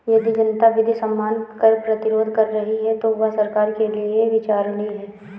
यदि जनता विधि सम्मत कर प्रतिरोध कर रही है तो वह सरकार के लिये विचारणीय है